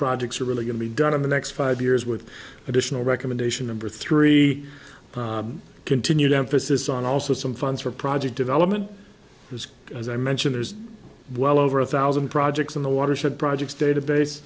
projects are really going to be done in the next five years with additional recommendation and three continued emphasis on also some funds for project development risk as i mentioned there's well over a thousand projects in the watershed projects database